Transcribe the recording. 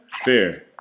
Fair